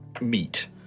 meet